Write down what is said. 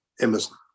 Emerson